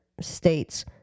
states—